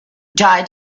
died